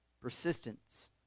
Persistence